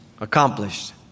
accomplished